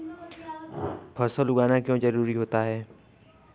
फसल उगाना क्यों जरूरी होता है?